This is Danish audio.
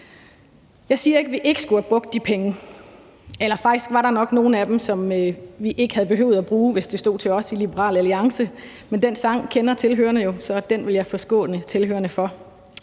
Jeg siger ikke, at vi ikke skulle have brugt de penge – eller faktisk var der nok nogle af dem, som vi ikke havde behøvet at bruge, hvis det stod til os i Liberal Alliance, men den sang kender tilhørerne jo, så den vil jeg forskåne tilhørerne for.